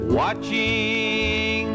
watching